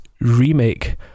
remake